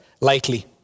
lightly